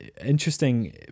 interesting